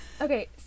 okay